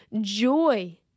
joy